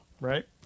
Right